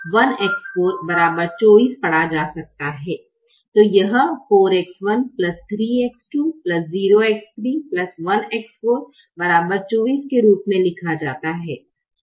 तो यह 4X13X20X31X424 के रूप में लिखा जाता है